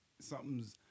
Something's—